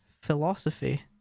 Philosophy